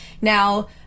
Now